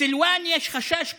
בסילואן יש חשש כבד,